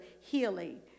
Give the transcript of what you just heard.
healing